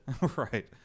Right